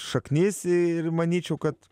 šaknis ir manyčiau kad